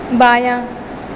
بایاں